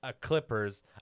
Clippers